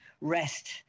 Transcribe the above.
rest